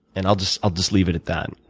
and i'll just i'll just leave it at that.